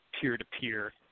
peer-to-peer